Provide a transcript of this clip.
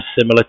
similar